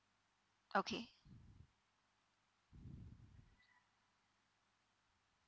okay